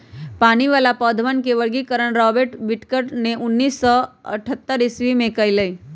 पानी वाला पौधवन के वर्गीकरण रॉबर्ट विटकर ने उन्नीस सौ अथतर ईसवी में कइलय